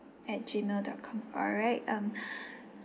at Gmail dot com alright um